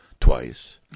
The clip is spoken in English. Twice